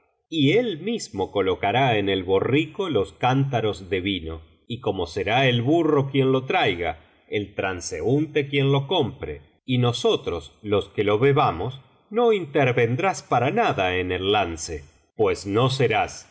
y él mismo colocará en el borrico los cántaros de vino y como será el burro quien lo traiga el transeúnte quien lo compre y nosotros los que lo bebamos no intervendrás para nada en el lance pues no serás ni